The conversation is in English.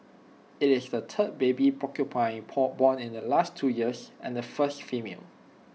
IT is the third baby porcupine porn born in the last two years and the first female